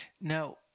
Now